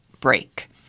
break